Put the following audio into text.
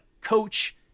Coach